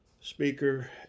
speaker